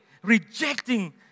rejecting